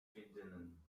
vriendinnen